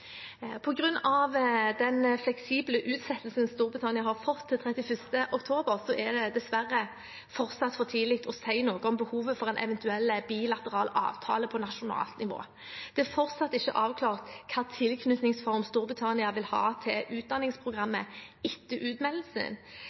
den fleksible utsettelsen Storbritannia har fått til 31. oktober, er det dessverre fortsatt for tidlig å si noe om behovet for en eventuell bilateral avtale på nasjonalt nivå. Det er fortsatt ikke avklart hvilken tilknytningsform Storbritannia vil ha til utdanningsprogrammet etter utmeldelsen.